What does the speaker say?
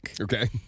Okay